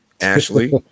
ashley